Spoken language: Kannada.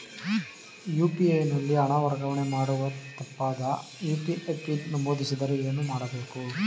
ಯು.ಪಿ.ಐ ನಲ್ಲಿ ಹಣ ವರ್ಗಾವಣೆ ಮಾಡುವಾಗ ತಪ್ಪಾದ ಯು.ಪಿ.ಐ ಪಿನ್ ನಮೂದಿಸಿದರೆ ಏನು ಮಾಡಬೇಕು?